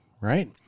right